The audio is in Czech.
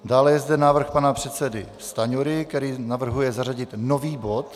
Dále je zde návrh pana předsedy Stanjury, který navrhuje zařadit nový bod.